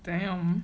the hell